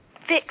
fix